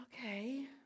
okay